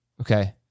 Okay